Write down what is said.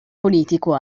politico